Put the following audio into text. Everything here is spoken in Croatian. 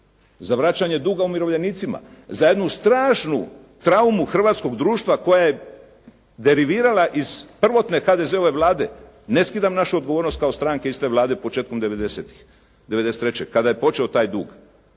za vraćanje duga umirovljenicima, za jednu strašnu traumu hrvatskog društva koja je derivirala iz prvotne HDZ-ove Vlade. Ne skidam našu odgovornost kao stranke iste Vlade početkom devedesetih, '93. kada je počeo daj dug.